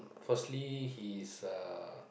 firstly he's a